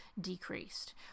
decreased